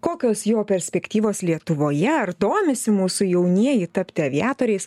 kokios jo perspektyvos lietuvoje ar domisi mūsų jaunieji tapti aviatoriais